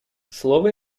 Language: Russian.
слово